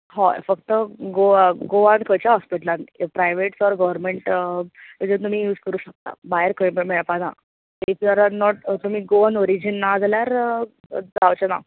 फक्त Goan Goan खंयच्या हॉस्पिटलांत प्रायव्हेट ओर गव्हरमॅंट हेचो तुमी यूज करूंक शकता भायर करपाक मेळपाना तुमी गोवन ओरिजीन ना जाल्यार जावचेंना